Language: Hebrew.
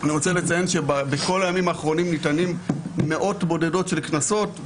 אני רוצה לציין שבכל הימים האחרונים ניתנו מאות בודדות של קנסות.